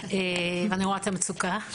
ואני רואה את המצוקה.